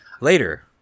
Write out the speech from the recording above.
later